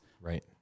Right